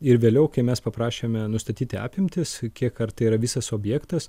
ir vėliau kai mes paprašėme nustatyti apimtis kiek ar tai yra visas objektas